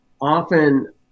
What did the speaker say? often